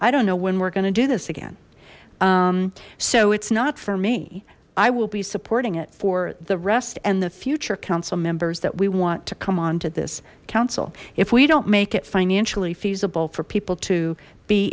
i don't when we're gonna do this again so it's not for me i will be supporting it for the rest and the future council members that we want to come on to this council if we don't make it financially feasible for people to be